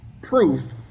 proof